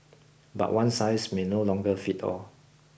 but one size may no longer fit all